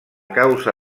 causa